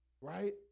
right